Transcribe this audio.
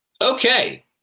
okay